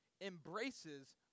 embraces